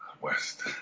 west